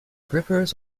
grippers